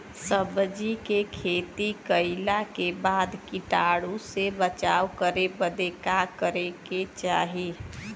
सब्जी के खेती कइला के बाद कीटाणु से बचाव करे बदे का करे के चाही?